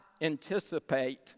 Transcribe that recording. anticipate